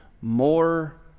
more